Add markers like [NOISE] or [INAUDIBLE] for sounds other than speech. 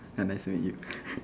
I nice to meet you [NOISE]